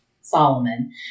Solomon